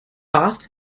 off